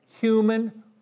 human